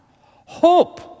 hope